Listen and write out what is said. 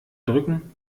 drücken